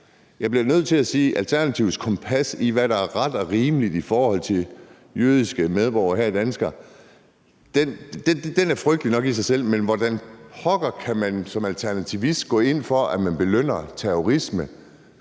Jeg bliver nødt til at sige, at Alternativets kompas i, hvad der er ret og rimeligt i forhold til jødiske medborgere her i Danmark, er frygtelig nok i sig selv, men hvordan pokker man som alternativist kan gå ind for, at man belønner terrorisme